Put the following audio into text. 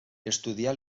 estudià